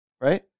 Right